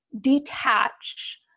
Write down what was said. detach